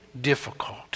difficult